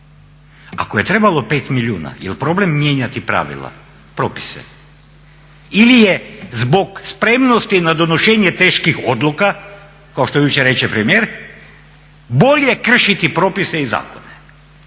Ako je trebalo 5 milijuna jel' problem mijenjati pravila, propise? Ili je zbog spremnosti na donošenje teških odluka kao što je jučer reče premijer bolje kršiti propise i zakone.